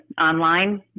online